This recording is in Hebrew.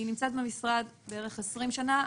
אני נמצאת במשרד בערך 20 שנים,